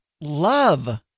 love